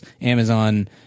amazon